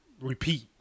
repeat